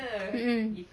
(uh huh)